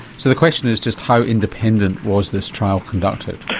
so the question is just how independent was this trial conducted?